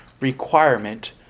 requirement